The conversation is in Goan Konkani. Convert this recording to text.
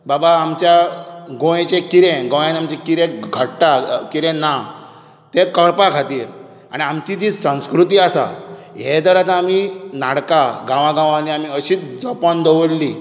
बाबा आमच्या गोंयचे कितें गोंयांत आमच्या कितें घडटा कितें ना तें कळपा खातीर आनी आमची जी संस्कृती आसा हें जर आमी नाटकां गांवागावांनी आमी अशीच जपून दवरली